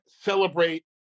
celebrate